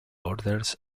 orders